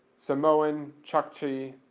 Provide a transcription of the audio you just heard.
samoan, chukchi,